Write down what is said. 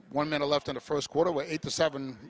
one minute left in the first quarter way to seven